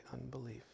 unbelief